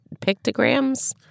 pictograms